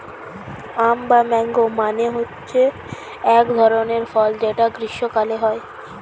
আম বা ম্যাংগো মানে হচ্ছে এক ধরনের ফল যেটা গ্রীস্মকালে হয়